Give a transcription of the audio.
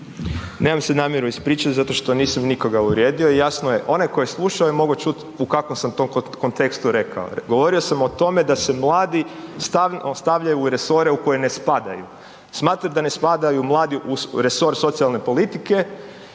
Nemam se namjeru ispričati zato što nisam nikoga uvrijedio. Jasno je onaj tko je slušao je mogao čuti u kakvom sam to kontekstu rekao. Govorio sam o tome da se mladi ostavljaju u resore u koje ne spadaju. Smatram da ne spadaju mladi u resor socijalne politike